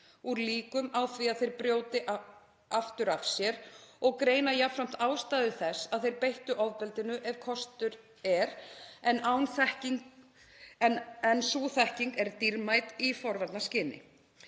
úr líkum á því að þeir brjóti aftur af sér og greina jafnframt ástæðu þess að þeir beittu ofbeldinu ef kostur er en sú þekking er dýrmæt í forvarnaskyni.